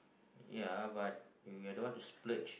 year but I don't want to splurge